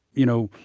you know,